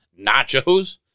nachos